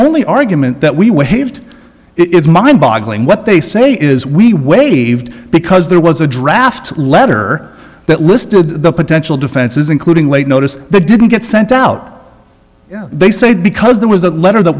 only argument that we waived it's mind boggling what they say is we waived because there was a draft letter that listed the potential defenses including late notice the didn't get sent out they said because there was a letter that